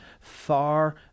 far